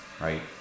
Right